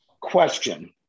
question